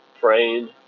praying